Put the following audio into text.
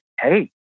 Hey